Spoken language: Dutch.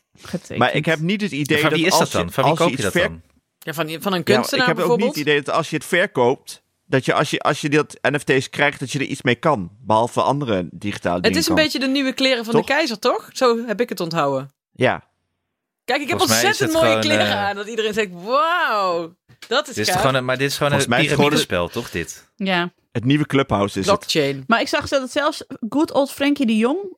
Getekend. Maar ik heb niet het idee Van dat wie is als dat je- dan? Van wie als je koop je iets dat verk- dan? Ja, van- van een Ja, maar ik kunstenaar heb ook niet bijvoorbeeld. het idee dat als je het verkoopt, dat je als je- als je dat NFT's krijgt, dat je er iets mee kan, behalve andere digitale Het dingen is een kan. beetje de nieuwe kleren van de Toch? keizer, toch? Zo heb ik het onthouden. Ja. Kijk, ik heb Volgens mij is ontzettend het mooie gewoon, kleren eh, aan, dat iedereen zegt, "Wauw, dat is dit is gaaf." gewoon een- maar dit is gewoon Volgens een mij is piramidespel, toch, dit? het- Ja. het nieuwe Clubhouse is Blockchain. het. Maar ik zag zelfs- zelfs good old Frankie de Jong